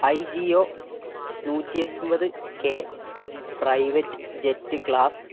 I G O നൂറ്റിഎൺപത് K private jet class